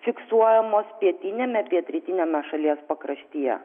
fiksuojamos pietiniame pietrytiniame šalies pakraštyje